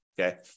Okay